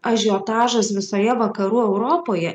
ažiotažas visoje vakarų europoje